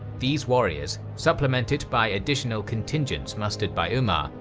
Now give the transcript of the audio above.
these warriors, supplemented by additional contingents mustered by umar,